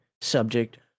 subject